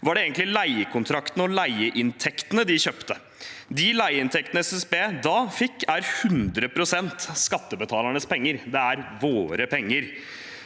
var det egentlig leiekontraktene og leieinntektene de kjøpte. De leieinntektene SBB da fikk, er 100 pst. skattebetalernes penger. Det er våre penger.